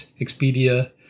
Expedia